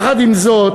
יחד עם זאת,